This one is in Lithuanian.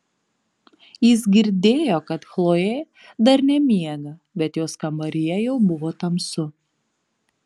jis girdėjo kad chlojė dar nemiega bet jos kambaryje jau buvo tamsu